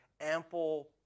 ample